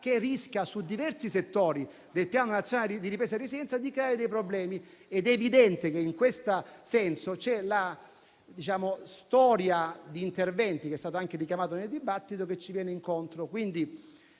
che, su diversi settori del Piano nazionale di ripresa e resilienza, crea potenzialmente dei problemi. È evidente che in questo senso c'è la storia di interventi, che è stata anche richiamata nel dibattito, che ci viene incontro.